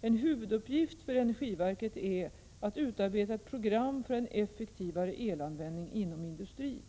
En huvuduppgift för energiverket är att utarbeta ett program för en effektivare elanvändning inom industrin.